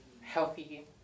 healthy